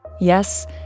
Yes